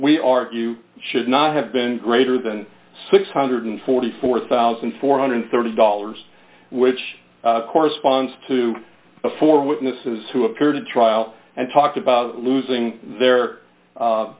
we argue should not have been greater than six hundred and forty four thousand four hundred and thirty dollars which corresponds to the four witnesses who appeared to trial and talk about losing their